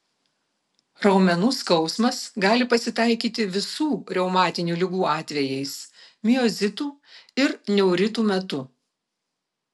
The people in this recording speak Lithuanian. raumenų skausmas gali pasitaikyti visų reumatinių ligų atvejais miozitų ir neuritų metu